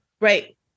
Right